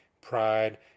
pride